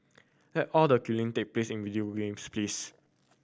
let all the killing take place in video games please